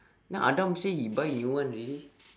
now adam say he buy new one already